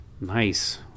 nice